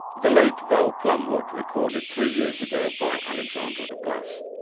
the late val plumwood, recorded three years ago by alexander de blas.